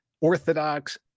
orthodox